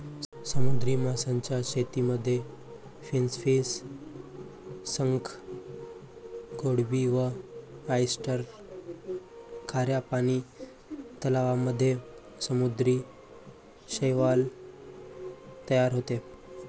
समुद्री माशांच्या शेतीमध्ये फिनफिश, शंख, कोळंबी व ऑयस्टर, खाऱ्या पानी तलावांमध्ये समुद्री शैवाल तयार होते